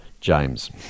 James